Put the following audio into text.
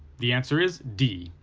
the answer is d,